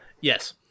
Yes